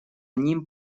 ним